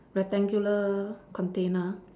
rectangular container